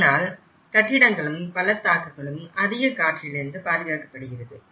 ஆனால் கட்டிடங்களும் பள்ளத்தாக்குகளும் அதிக காற்றிலிருந்து பாதுகாக்கப்படுகிறது